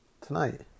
tonight